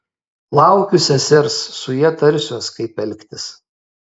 laukiu sesers su ja tarsiuos kaip elgtis